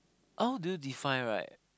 how do you define right